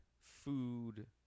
food